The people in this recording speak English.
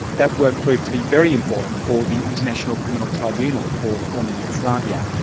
that work proved to be very important for the international criminal tribunal for the former yugoslavia,